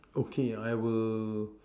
okay I will